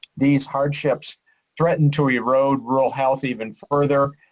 these hardships threaten to erode rural health even further,